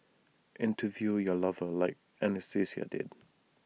interview your lover like Anastasia did